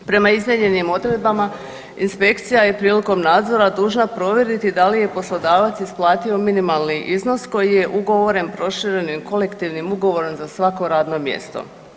Prema izmijenjenim odredbama inspekcija je prilikom nadzora dužna provjeriti da li je poslodavac isplatio minimalni iznos koji je ugovoren proširenim kolektivnim ugovorom za svako radno mjesto.